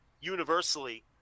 Universally